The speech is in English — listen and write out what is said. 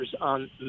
on